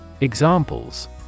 Examples